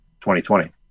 2020